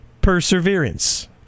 Perseverance